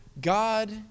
God